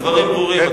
הדברים ברורים.